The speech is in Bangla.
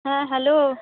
হ্যাঁ হ্যালো